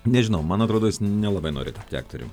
nežinau man atrodo jis nelabai nori tapti aktorium